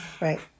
right